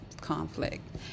conflict